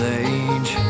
age